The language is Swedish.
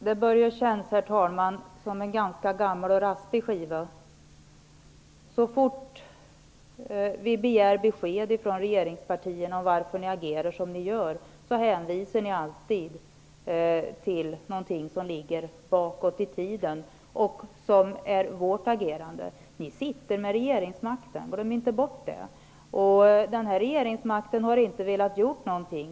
Herr talman! Det här börjar låta som en ganska gammal och raspig skiva. Så fort vi begär besked från er i regeringspartierna om varför ni agerar som ni gör så hänvisar ni alltid till något som ligger bakåt i tiden och som är vårt agerande. Ni sitter med regeringsmakten. Glöm inte bort det! Den här regeringsmakten har inte velat göra någonting.